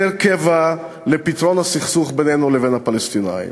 קבע לפתרון הסכסוך בינינו לבין הפלסטינים.